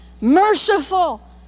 merciful